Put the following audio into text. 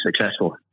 successful